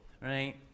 right